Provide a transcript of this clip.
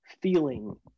feeling